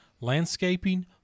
landscaping